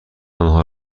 آنها